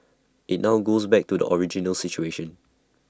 IT now goes back to the original situation